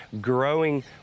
growing